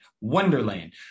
Wonderland